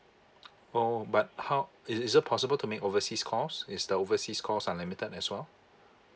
oh but how is is it possible to make overseas calls is the overseas calls unlimited as well